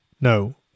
No